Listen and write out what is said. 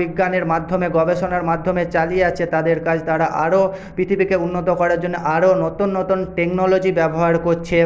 বিজ্ঞানের মাধ্যমে গবেষণার মাধ্যমে চালিয়ে যাচ্ছে তাদের কাজ তারা আরো পৃথিবীকে উন্নত করার জন্য আরো নতুন নতুন টেকনোলজি ব্যবহার কচ্ছে